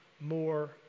more